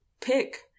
pick